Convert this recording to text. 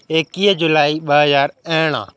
एकवीह जुलाई ॿ हज़ार अरिड़हं